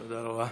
תודה רבה.